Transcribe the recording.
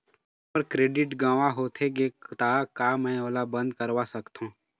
मोर credit गंवा होथे गे ता का मैं ओला बंद करवा सकथों?